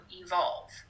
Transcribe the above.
evolve